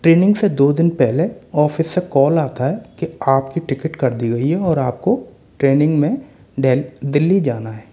training से दो दिन पहले ऑफिस से कॉल आता है के आपकी टिकिट कर दी गई है और आप को ट्रेनिंग में दिल्ली जाना है